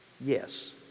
yes